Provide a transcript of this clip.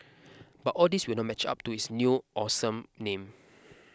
but all these will not match up to its new awesome name